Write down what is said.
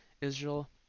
Israel